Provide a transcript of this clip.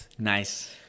Nice